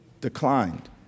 declined